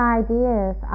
ideas